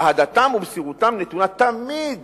אהדתם ומסירותם נתונות תמיד